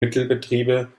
mittelbetriebe